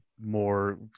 more